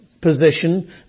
position